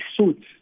suits